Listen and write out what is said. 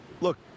look